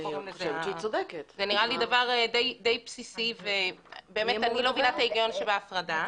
זה נראה לי דבר די בסיסי ובאמת אני לא מבינה את ההיגיון שבהפרדה.